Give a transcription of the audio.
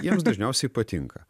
jiems dažniausiai patinka